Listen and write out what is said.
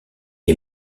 est